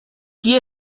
qui